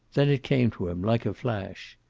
then it came to him, like a flash.